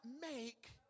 make